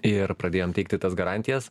ir pradėjom teikti tas garantijas